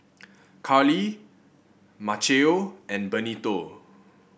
Karlie Maceo and Benito